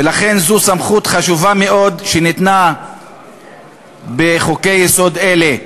ולכן זו סמכות חשובה מאוד שניתנה בחוקי-יסוד אלה.